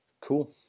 cool